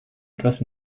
etwas